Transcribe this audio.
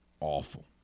awful